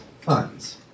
funds